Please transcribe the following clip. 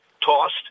tossed